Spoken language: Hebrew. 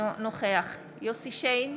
אינו נוכח יוסף שיין,